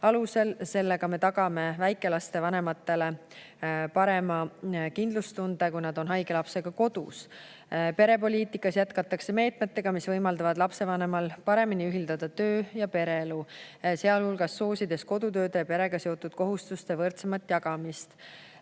alusel. Sellega me tagame väikelaste vanematele suurema kindlustunde, kui nad on haige lapsega kodus. Perepoliitikas jätkatakse meetmeid, mis võimaldavad lapsevanemal töö- ja pereelu paremini ühildada, sealhulgas soosides kodutööde ja perega seotud kohustuste võrdsemat jagamist.